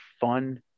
fun